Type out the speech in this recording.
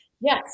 Yes